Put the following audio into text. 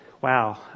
wow